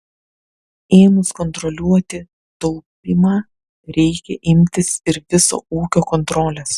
ėmus kontroliuoti taupymą reikia imtis ir viso ūkio kontrolės